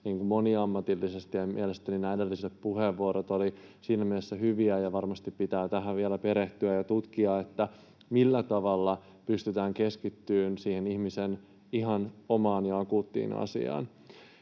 moniammatillisesti. Ja mielestäni nämä edelliset puheenvuorot olivat siinä mielessä hyviä, ja varmasti pitää tähän vielä perehtyä ja tutkia, millä tavalla pystytään keskittymään siihen ihmisen ihan omaan ja akuuttiin asiaan.